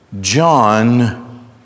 John